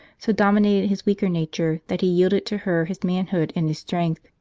so dominated his weaker nature that he yielded to her his manhood and his strength,